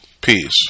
Peace